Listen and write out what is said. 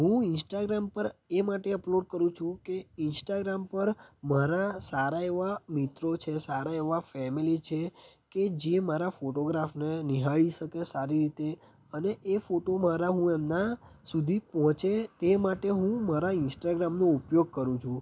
હું ઈન્સ્ટાગ્રામ પર એ માટે અપલોડ કરું છું કે ઈન્સ્ટાગ્રામ પર મારા સારા એવા મિત્રો છે સારા એવા ફેમિલી છે કે જે મારા ફોટોગ્રાફને નિહાળી શકે સારી રીતે અને એ ફોટો હું મારા એમના સુધી પહોંચે એ માટે હું મારા ઈન્સ્ટાગ્રામનો ઉપયોગ કરું છું